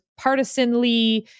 partisanly